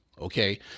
Okay